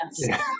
yes